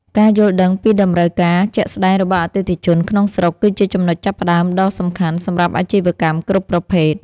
ការយល់ដឹងពីតម្រូវការជាក់ស្តែងរបស់អតិថិជនក្នុងស្រុក គឺជាចំណុចចាប់ផ្តើមដ៏សំខាន់សម្រាប់អាជីវកម្មគ្រប់ប្រភេទ។